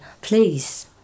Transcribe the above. Please